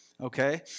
okay